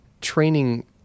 training